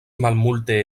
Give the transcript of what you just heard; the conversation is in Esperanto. malmulte